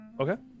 Okay